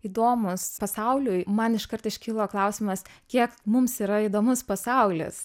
įdomūs pasauliui man iškart iškilo klausimas kiek mums yra įdomus pasaulis